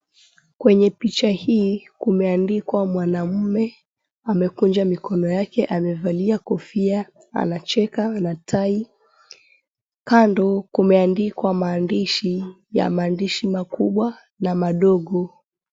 Kwenye picha hii kumeandikwa mwanaume amekunja mikono yake amevalia kofia anacheka na tai, kando kumeandikwa maandishi ya maandishi makubwa na madogo.